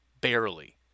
Barely